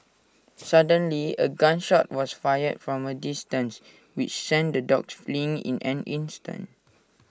suddenly A gun shot was fired from A distance which sent the dogs fleeing in an instant